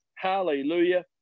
Hallelujah